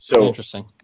Interesting